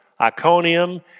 Iconium